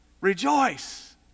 Rejoice